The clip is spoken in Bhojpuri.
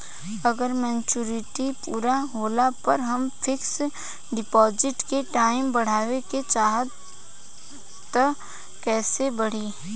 अगर मेचूरिटि पूरा होला पर हम फिक्स डिपॉज़िट के टाइम बढ़ावे के चाहिए त कैसे बढ़ी?